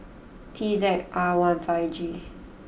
T Z R one five G